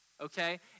okay